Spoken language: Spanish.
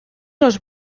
los